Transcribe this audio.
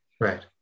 Right